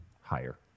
higher